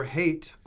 hate